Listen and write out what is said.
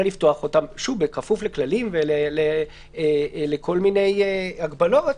אלא לפתוח אותם כפוף לכללים ולכל מיני הגבלות,